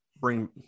bring